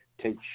take